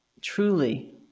truly